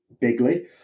bigly